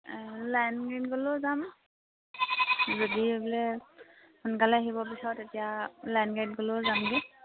line গাড়ীত গ'লেও যাম যদি বোলে সোনকালে আহিব পিছত তেতিয়া লাইন গাড়ীত গ'লেও যামগৈ